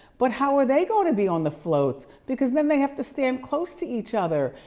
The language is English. but how are they going to be on the floats because then they have to stand close to each other?